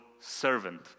servant